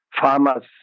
farmers